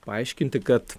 paaiškinti kad